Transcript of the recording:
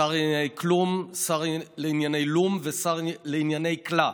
שר לענייני כלום, שר לענייני לום